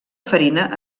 farina